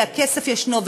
כי הכסף ישנו,